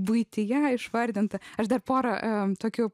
buityje išvardinta aš dar porą tokių